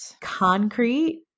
concrete